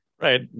Right